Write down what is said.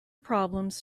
problems